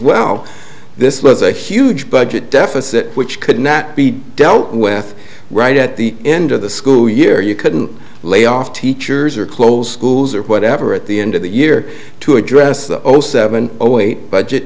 well this was a huge budget deficit which could not be dealt with right at the end of the school year you couldn't lay off teachers or close schools or whatever at the end of the year to address the seven zero eight budget